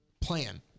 plan